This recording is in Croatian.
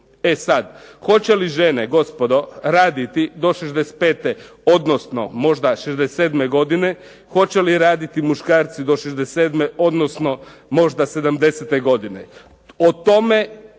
E sad, hoće li žene gospodo raditi do 65 odnosno možda 67 godine? Hoće li raditi muškarci do 67, odnosno možda 70-te godine.